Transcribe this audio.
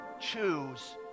choose